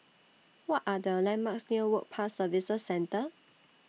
What Are The landmarks near Work Pass Services Centre